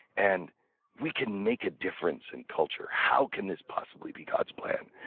and we can make a difference in culture. how can this possibly be god's plan?